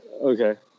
Okay